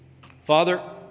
Father